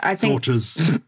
daughter's